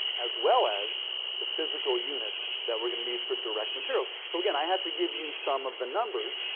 as well as the physical units that we're going to need for direct materials. so, again, i have to give you some of the numbers,